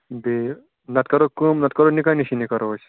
بیٚیہِ نتہٕ کرو کٲم نتہٕ کرو نِکاح نِشٲنی کَرو أسۍ